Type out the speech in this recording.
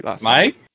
Mike